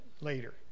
later